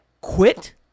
quit